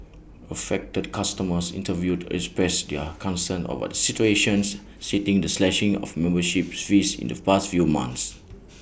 affected customers interviewed expressed their concern over the situation citing the slashing of membership fees in the past few months